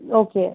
okay